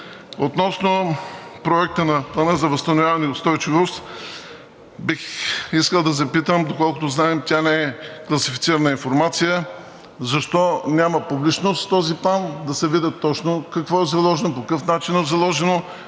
Относно Проекта на Плана за възстановяване и устойчивост бих искал да запитам, доколкото знам, тя не е класифицирана информация, защо няма публичност този план, да се види точно какво е заложено, по какъв начин е заложено,